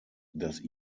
das